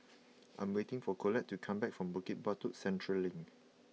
I am waiting for Colette to come back from Bukit Batok Central Link